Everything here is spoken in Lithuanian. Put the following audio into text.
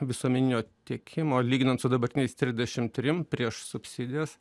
visuomeninio tiekimo lyginant su dabartiniais trisdešim trim prieš subsidijas